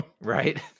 Right